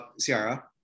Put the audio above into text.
Ciara